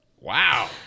Wow